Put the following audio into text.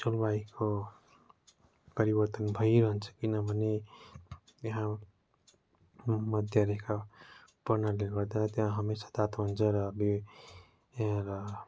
जलवायुको परिवर्तन भइरहन्छ किनभने यहाँ भूमध्यरेखा पर्नाले गर्दा त्यहाँ हमेसा तातो हुन्छ र र